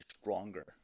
stronger